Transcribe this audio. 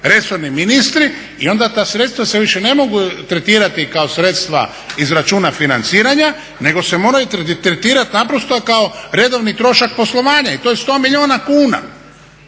resorni ministri i onda ta sredstva se više ne mogu tretirati kao sredstva iz računa financiranja nego se moraju tretirat naprosto kao redovni trošak poslovanja i to je 100 milijuna kuna.